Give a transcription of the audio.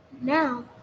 Now